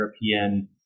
European